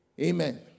amen